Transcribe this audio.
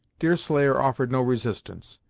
deerslayer offered no resistance.